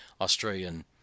Australian